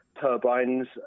turbines